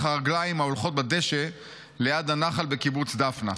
הרגליים ההולכות בדשא ליד הנחל בקיבוץ דפנה.